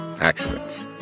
accidents